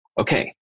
Okay